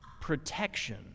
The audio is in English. Protection